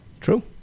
True